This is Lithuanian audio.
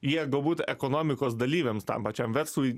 jie galbūt ekonomikos dalyviams tam pačiam verslui